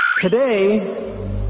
Today